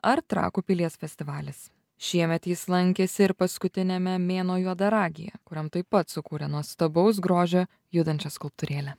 ar trakų pilies festivalis šiemet jis lankėsi ir paskutiniame mėnuo juodaragyje kuriam taip pat sukūrė nuostabaus grožio judančią skulptūrėlę